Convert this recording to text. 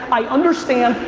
i understand,